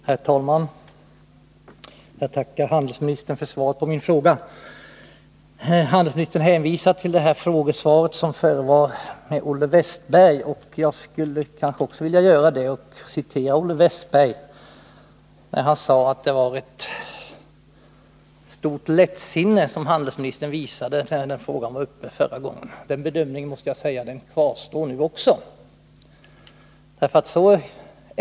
Herr talman! Jag tackar handelsministern för svaret på min fråga. Handelsministern hänvisar till det svar som avgavs med anledning av en fråga som ställdes av Olle Wästberg i Stockholm, och också jag vill hänvisa till den frågedebatten. Olle Wästberg sade då att handelsministern visade ett stort lättsinne när det gällde den här frågan. Jag måste säga att den bedömningen kvarstår även nu.